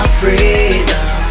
freedom